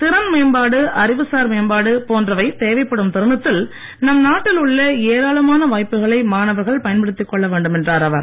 திறன்மேம்பாடு அறிவுசார் மேம்பாடு போன்றவை தேவைப்படும் தருணத்தில் நம் நாட்டில் உள்ள ஏராளமான வாய்ப்புக்களை மாணவர்கள் பயன்படுத்திக் கொள்ள வேண்டும் என்றார் அவர்